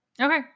Okay